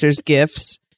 gifts